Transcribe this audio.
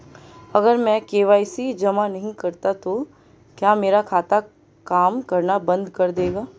अगर मैं के.वाई.सी जमा नहीं करता तो क्या मेरा खाता काम करना बंद कर देगा?